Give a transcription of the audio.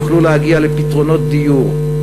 יוכלו להגיע לפתרונות דיור,